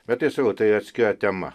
bet tai sakau tai atskira tema